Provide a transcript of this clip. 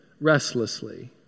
restlessly